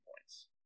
points